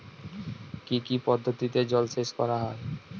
কি কি পদ্ধতিতে জলসেচ করা হয়?